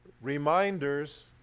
reminders